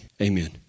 amen